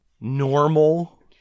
normal